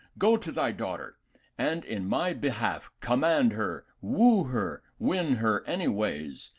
go to thy daughter and in my behalf command her, woo her, win her any ways,